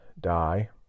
die